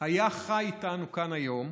היה חי איתנו כאן היום,